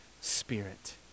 Spirit